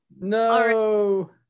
No